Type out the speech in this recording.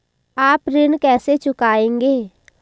आप ऋण कैसे चुकाएंगे?